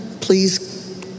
please